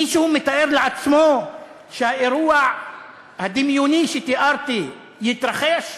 מישהו מתאר לעצמו שהאירוע הדמיוני שתיארתי יתרחש?